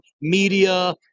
media